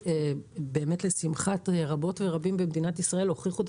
האמצעים של מובילאיי באמת לשמחת רבות ורבים במדינת ישראל הוכיחו את